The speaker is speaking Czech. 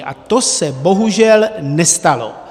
A to se bohužel nestalo.